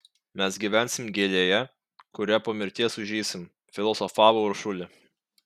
mes gyvensim gėlėje kuria po mirties sužysim filosofavo uršulė